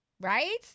Right